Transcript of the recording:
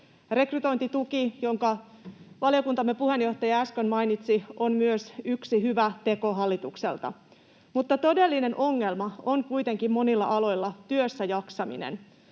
Rekrytointituki, jonka valiokuntamme puheenjohtaja äsken mainitsi, on myös yksi hyvä teko hallitukselta. Todellinen ongelma on kuitenkin monilla aloilla työssäjaksaminen.